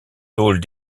tôles